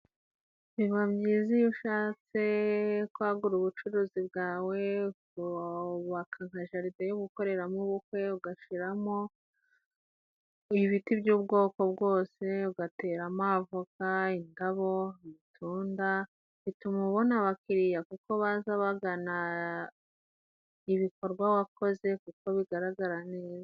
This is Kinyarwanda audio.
Biba byiza iyo ushatse kwagura ubucuruzi bwawe, ukubaka nka jaride yo gukoreramo ubukwe ugashiramo ibiti by'ubwoko bwose, ugatera amavoka, indabo ibitunda bituma ubona abakiriya kuko baza bagana ibikorwa wakoze kuko bigaragara neza.